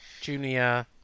Junior